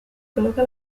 coloca